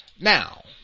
Now